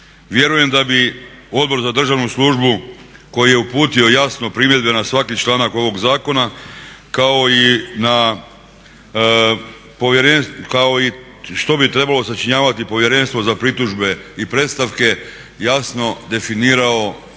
Vjerujem da bi Odbor za državnu službu koji je uputio jasno primjedbe na svaki članak ovog zakona kao i što bi trebalo sačinjavati Povjerenstvo za pritužbe i predstavke jasno definirao